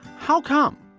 how come?